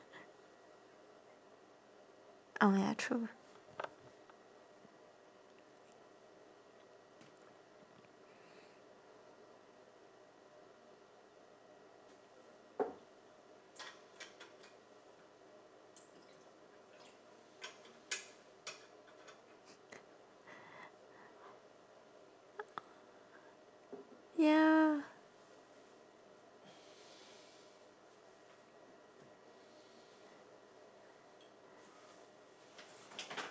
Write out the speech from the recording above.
oh ya true